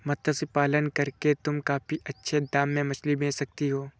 मत्स्य पालन करके तुम काफी अच्छे दाम में मछली बेच सकती हो